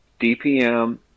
DPM